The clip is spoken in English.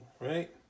right